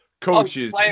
coaches